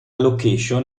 location